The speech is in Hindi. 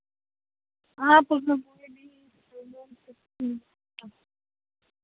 आप अगर नहीं ऐं अब